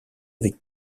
avec